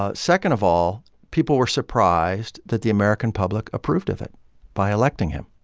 ah second of all, people were surprised that the american public approved of it by electing him.